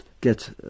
get